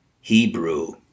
Hebrew